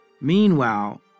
meanwhile